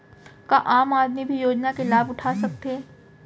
का आम आदमी भी योजना के लाभ उठा सकथे?